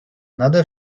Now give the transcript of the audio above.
nade